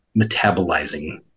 metabolizing